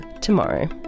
tomorrow